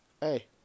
Hey